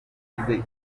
igize